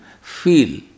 feel